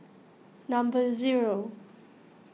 number zero